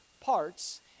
parts